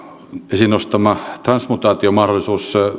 esiin nostama transmutaation mahdollisuus